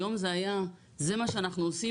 עד היום זה היה 'זה מה שאנחנו עושים,